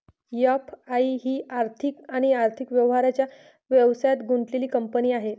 FI ही आर्थिक आणि आर्थिक व्यवहारांच्या व्यवसायात गुंतलेली कंपनी आहे